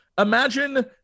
Imagine